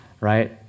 right